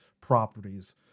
properties